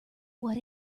what